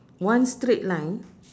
one straight line